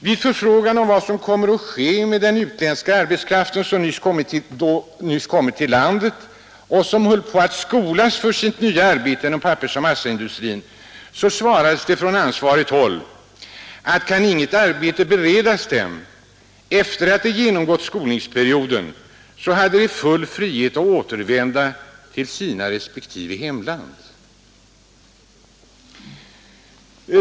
Vid förfrågan om vad som skulle komma att ske med den utländska arbetskraften, som nyss kommit till landet och som höll på att skolas för sitt nya arbete inom pappersoch massindustrin, svarades det från ansvarigt håll, att om inget arbete kunde beredas dem sedan de genomgått skolningsperioden, hade de full frihet att återvända till sina respektive hemland.